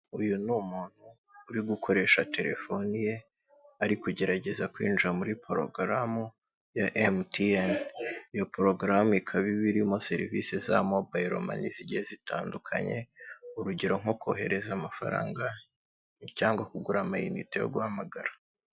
Uyu ni umuntu uri gukoresha telefone ye ari kugerageza kwinjira muri porogaramu ya MTN, iyo porogaramu ikaba iba irimo serivisi za mobayiro mani zigiye zitandukanye, urugero nko kohereza amafaranga cyangwa kugura amayinite yo guhamagara.